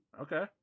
Okay